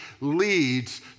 leads